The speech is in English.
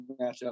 matchup